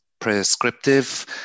prescriptive